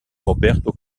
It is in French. roberto